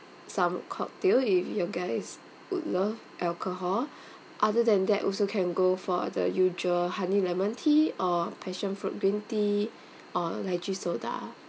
some cocktail if your guys would love alcohol other than that also can go for the usual honey lemon tea or passion fruit green tea or lychee soda